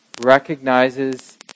recognizes